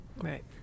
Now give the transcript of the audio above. Right